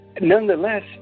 nonetheless